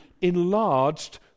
enlarged